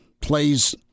plays